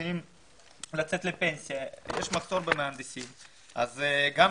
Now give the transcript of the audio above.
מתחילה לצאת לפנסיה ויש מחסור במהנדסים.